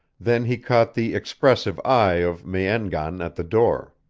then he caught the expressive eye of me-en-gan at the door.